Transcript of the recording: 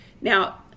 now